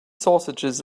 sausages